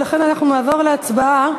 ולכן אנחנו נעבור להצבעה.